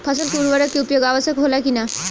फसल में उर्वरक के उपयोग आवश्यक होला कि न?